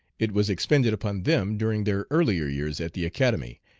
it was expended upon them during their earlier years at the academy,